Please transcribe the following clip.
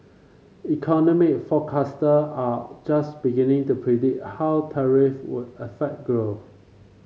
economic forecaster are just beginning to predict how tariff would affect growth